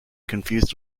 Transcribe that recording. confused